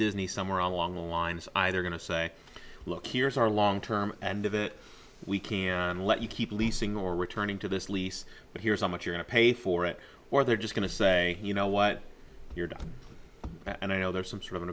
disney somewhere along the lines either going to say look here's our long term and of it we can let you keep leasing or returning to this lease but here's how much you're not paid for it or they're just going to say you know what you're doing and i know there's some sort of